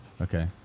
Okay